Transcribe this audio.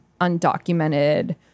undocumented